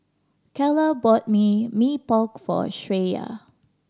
Calla bought Mee Pok for Shreya